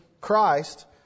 Christ